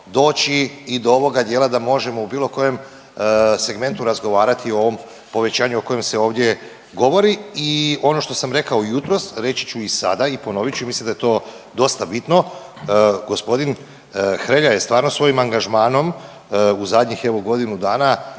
doći i do ovoga dijela da možemo u bilo kojem segmentu razgovarati o ovom povećanju o kojem se ovdje govori i ono što sam rekao i jutros reći ću i sada i ponovit ću, mislim da je to dosta bitno. Gospodin Hrelja je stvarno svojim angažmanom u zadnjih evo godinu dana